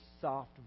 soft